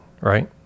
right